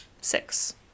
Six